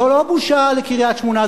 זו לא בושה לקריית-שמונה,